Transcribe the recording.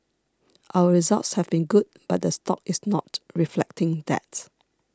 our results have been good but the stock is not reflecting that